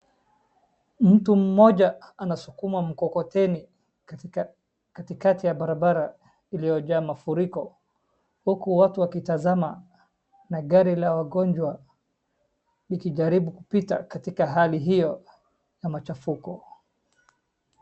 Mtu mmoja anasukuma mkokoteni katikati ya barabara iliyojaa mafuriko huku watu wakitazama na gari la wagonjwa likijaribu katika hali hiyo ya machafuko.